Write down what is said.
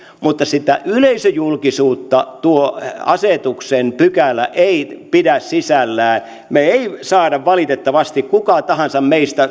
mutta sitä yleisöjulkisuutta tuo asetuksen pykälä ei pidä sisällään me emme saa valitettavasti kuka tahansa meistä